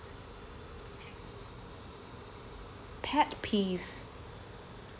pet peeves